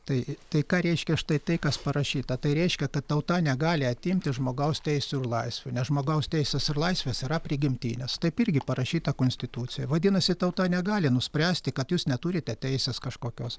tai tai ką reiškia štai tai kas parašyta tai reiškia ta tauta negali atimti žmogaus teisių ir laisvių nes žmogaus teisės ir laisvės yra prigimtinės taip irgi parašyta konstitucijoj vadinasi tauta negali nuspręsti kad jūs neturite teisės kažkokios